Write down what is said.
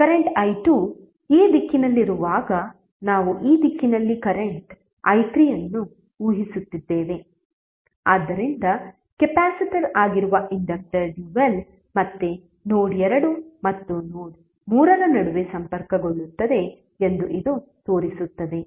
current i2 ಈ ದಿಕ್ಕಿನಲ್ಲಿರುವಾಗ ನಾವು ಈ ದಿಕ್ಕಿನಲ್ಲಿ ಕರೆಂಟ್ i3 ಅನ್ನು ಊಹಿಸುತ್ತಿದ್ದೇವೆ ಆದ್ದರಿಂದ ಕೆಪಾಸಿಟರ್ ಆಗಿರುವ ಇಂಡಕ್ಟರ್ ಡ್ಯುಯಲ್ ಮತ್ತೆ ನೋಡ್ 2 ಮತ್ತು ನೋಡ್ 3 ನಡುವೆ ಸಂಪರ್ಕಗೊಳ್ಳುತ್ತದೆ ಎಂದು ಇದು ತೋರಿಸುತ್ತದೆ